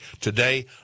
Today